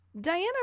Diana